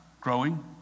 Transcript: growing